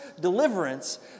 deliverance